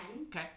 okay